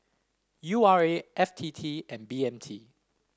U R A F T T and B M T